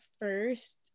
first